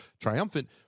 triumphant